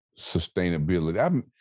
sustainability